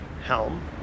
helm